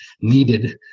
needed